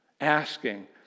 asking